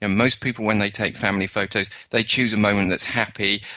and most people when they take family photos, they choose a moment that's happy,